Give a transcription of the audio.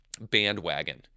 bandwagon